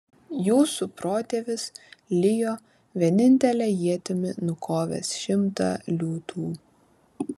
jūsų protėvis lijo vienintele ietimi nukovęs šimtą liūtų